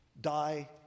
die